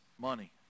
money